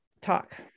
talk